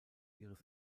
ihres